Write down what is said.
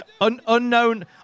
unknown